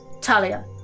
Talia